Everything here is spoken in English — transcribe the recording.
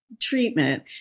treatment